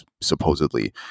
supposedly